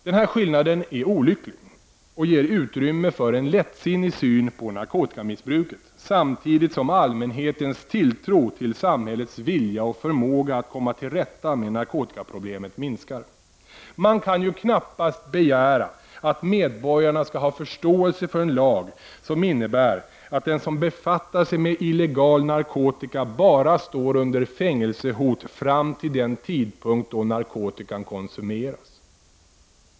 Denna skillnad är olycklig och ger utrymme för en lättsinnig syn på narkotikamissbruket, samtidigt som allmänhetens tilltro till samhällets vilja och förmåga att komma till rätta med narkotikaproblemet minskar. Man kan ju knappast begära att medborgarna skall ha förståelse för en lag som innebär att den som befattar sig med illegal narkotika bara står under fängelsehot fram till den tidpunkt då narkotikan konsumeras.